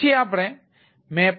પછી આપણે mapper